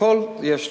הכול יש לו: